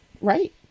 Right